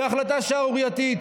היא החלטה שערורייתית.